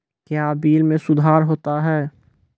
क्या बिल मे सुधार होता हैं?